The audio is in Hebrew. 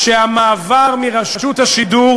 שהמעבר מרשות השידור